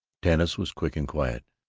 tanis was quick and quiet